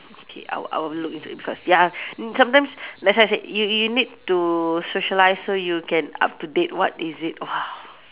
okay I will I will look into it because ya sometimes like I said you you you need to socialise so you can up to date what is it !wah!